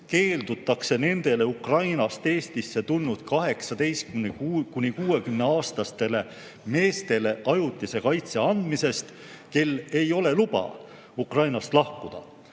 keeldutakse nendele Ukrainast Eestisse tulnud 18–60-aastastele meestele ajutise kaitse andmisest, kel ei ole luba Ukrainast lahkuda.